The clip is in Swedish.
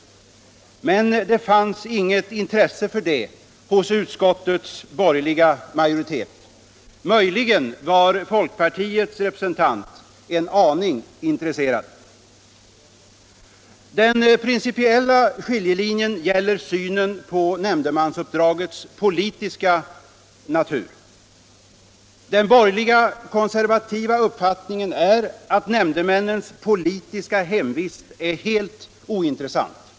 Men det fanns inget intresse för det hos utskottets borgerliga majoritet. Möjligen var folkpartiets representant en aning intresserad. Den principiella skiljelinjen gäller synen på nämndemansuppdragets politiska natur. Den borgerliga konservativa uppfattningen är att nämndemännens politiska hemvist är helt ointressant.